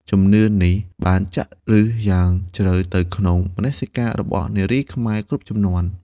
ជំនឿនេះបានចាក់ឫសយ៉ាងជ្រៅទៅក្នុងមនសិការរបស់នារីខ្មែរគ្រប់ជំនាន់។